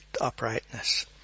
uprightness